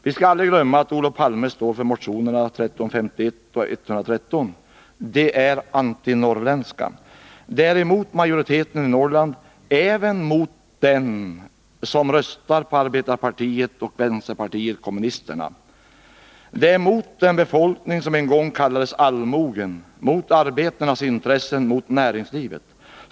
Vi skall aldrig glömma att Olof Palme står för motionerna 1979 81:113. De är båda antinorrländska. De går emot majoriteten i Norrland och även emot dem som röstar på arbetarpartiet och vpk. De är emot den befolkning som en gång kallades allmogen, mot arbetarnas intressen, mot näringslivet.